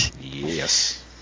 yes